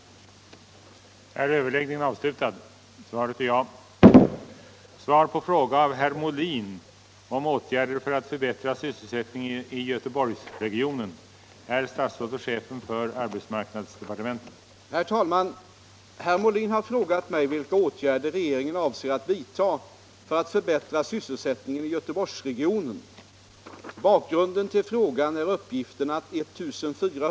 förbättra sysselsättningen i Göteborgsregionen